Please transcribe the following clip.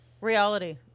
reality